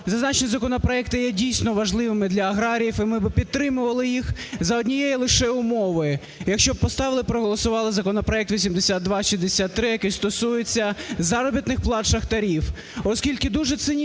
зазначені законопроекти є дійсно важливими для аграріїв, і ми би підтримували їх за однієї лише умови, якщо б поставили і проголосували законопроект 8263, який стосується заробітних плат шахтарів, оскільки дуже цинічно